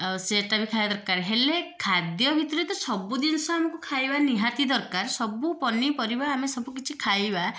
ସେଇଟା ବି ଖାଇବା ଦରକାର ହେଲେ ଖାଦ୍ୟ ଭିତରେ ତ ସବୁ ଜିନିଷ ଆମକୁ ଖାଇବା ନିହାତି ଦରକାର ସବୁ ପନିପରିବା ଆମେ ସବୁ କିଛି ଖାଇବା